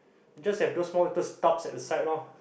just have those small little stuffs at the side loh